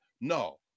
No